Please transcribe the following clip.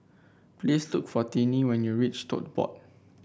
please look for Tinie when you reach Tote Board